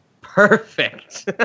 Perfect